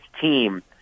team